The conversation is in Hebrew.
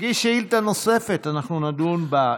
זה פשוט, תגיש שאילתה נוספת, אנחנו נדון בה.